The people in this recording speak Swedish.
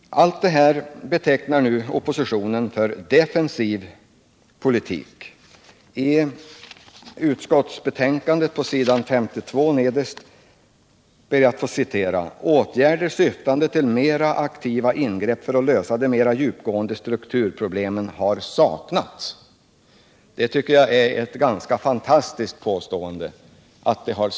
Allt det här betecknar nu oppositionen som en defensiv politik. Nederst på s. 52i utskottsbetänkandet står det så här: ” Åtgärder syftande till mera aktiva ingrepp för att lösa de mera djupgående strukturproblemen har saknats.” Det tycker jag är ett ganska fantastiskt påstående.